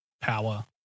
power